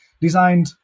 designed